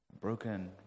broken